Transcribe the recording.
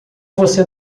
você